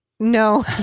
No